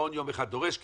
מעון יום אחד דורש כסף,